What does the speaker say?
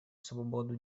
свободу